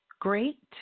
great